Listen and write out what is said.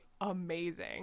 amazing